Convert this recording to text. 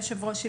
היושב-ראש,